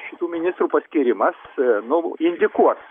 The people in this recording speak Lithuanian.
šitų ministrų paskyrimas nu indikuos